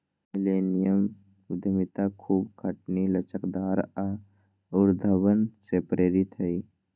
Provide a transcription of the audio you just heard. millennium उद्यमिता खूब खटनी, लचकदार आऽ उद्भावन से प्रेरित हइ